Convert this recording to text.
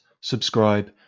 subscribe